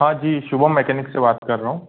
हाँ जी शुभम मेकैनिक से बात कर रहा हूँ